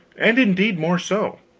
and indeed more so,